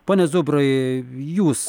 pone zubrai jūs